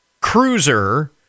cruiser